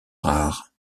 rares